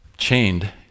chained